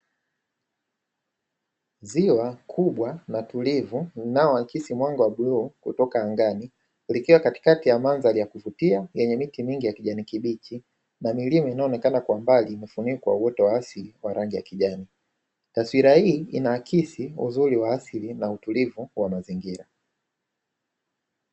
Ziwa kubwa na tulivu linalo akisi mwanga wa blue kutoka angani kuelekea katikati ya mandhari ya kuvutia yenye miti mingi ya kijani kibichi, na ni sehemu inayoonekana kwa mbali imefunikwa kwa rangi ya kijani, taswira hii inaakisi uzuri wa asili na utulivu wa mazingira.